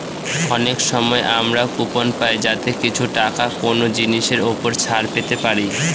অনেক সময় আমরা কুপন পাই যাতে কিছু টাকা কোনো জিনিসের ওপর ছাড় পেতে পারি